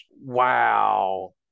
Wow